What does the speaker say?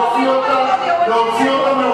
להוציא אותה מהאולם.